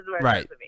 Right